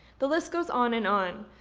the list goes on and on.